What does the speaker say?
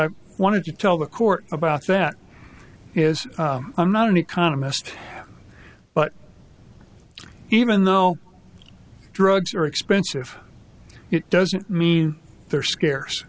i wanted to tell the court about that is i'm not an economist but even though drugs are expensive it doesn't mean they're